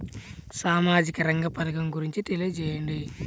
సామాజిక రంగ పథకం గురించి తెలియచేయండి?